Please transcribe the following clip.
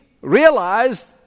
realized